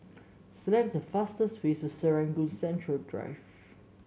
select the fastest way to Serangoon Central Drive